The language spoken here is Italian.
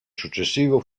successivo